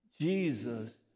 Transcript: Jesus